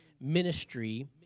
ministry